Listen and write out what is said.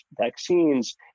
vaccines